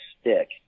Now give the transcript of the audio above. stick